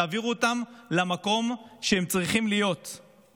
תעבירו אותם למקום שהם צריכים להיות בו.